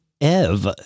Ev